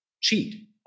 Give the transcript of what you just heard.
cheat